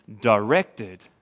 directed